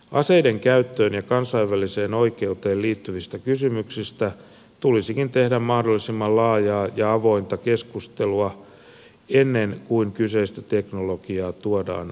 aseiden käyttöön ja kansainväliseen oikeuteen liittyvistä kysymyksistä tulisikin käydä mahdollisimman laajaa ja avointa keskustelua ennen kuin kyseistä teknologiaa tuodaan taistelukentälle